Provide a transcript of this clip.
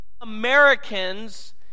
Americans